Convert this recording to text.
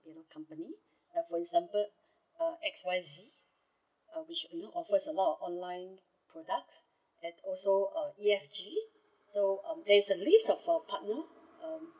company like for example uh X Y Z uh which you know offers a lot of online products and also uh E F G so um there's a list of our partner um